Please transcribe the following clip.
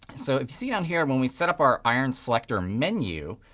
so if you see down here when we set up our iron selector menu,